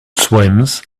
swims